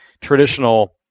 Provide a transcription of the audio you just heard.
traditional